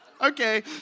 okay